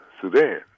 Sudan